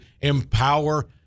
empower